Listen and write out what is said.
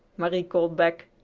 marie called back.